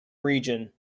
region